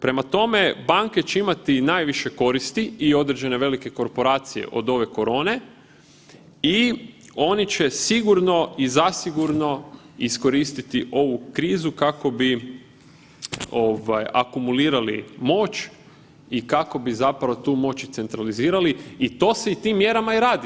Prema tome, banke će imati najviše koristi i određene velike korporacije od ove korone i oni će sigurno i zasigurno iskoristiti ovu krizu kako bi ovaj akumulirali moć i kako bi zapravo tu moć centralizirali i to se i tim mjerama i radi.